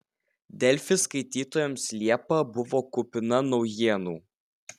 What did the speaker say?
delfi skaitytojams liepa buvo kupina naujienų